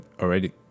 already